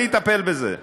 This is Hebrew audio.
אני אטפל בזה.